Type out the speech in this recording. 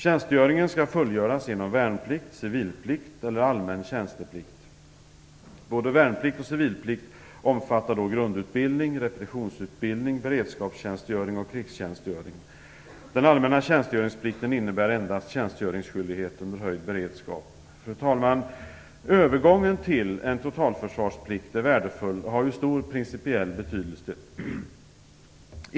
Tjänstgöringen skall fullgöras som värnplikt, civilplikt eller allmän tjänsteplikt. Både värnplikt och civilplikt omfattar grundutbildning, repetitionsutbildning, beredskapstjänstgöring och krigstjänstgöring. Den allmänna tjänstgöringsplikten innebär endast tjänstgöringsskyldighet under höjd beredskap. Fru talman! Övergången till en totalförsvarsplikt är värdefull och har stor principiell betydelse.